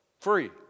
free